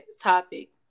topic